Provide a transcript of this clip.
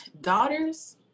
Daughters